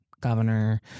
governor